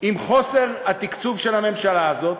עם חוסר התקצוב של הממשלה הזאת,